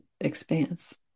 expanse